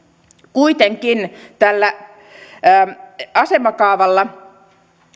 kuitenkin asemakaavalla